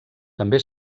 també